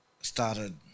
started